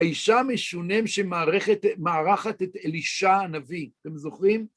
‫האישה משונם שמארחת את אלישע הנביא. ‫אתם זוכרים?